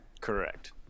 Correct